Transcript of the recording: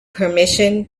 permission